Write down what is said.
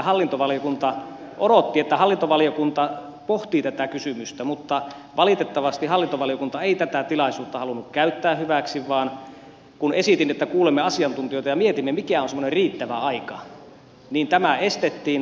hallintovaliokunta odotti että hallintovaliokunta pohtii tätä kysymystä mutta valitettavasti hallintovaliokunta ei tätä tilaisuutta halunnut käyttää hyväksi vaan kun esitin että kuulemme asiantuntijoita ja mietimme mikä on semmoinen riittävä aika niin tämä estettiin